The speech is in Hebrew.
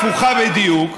המציאות היא הפוכה בדיוק.